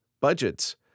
budgets